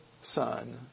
son